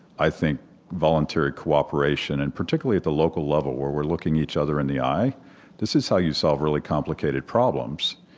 i think voluntary cooperation and particularly at the local level, where we're looking each other in the eye this is how you solve really complicated problems.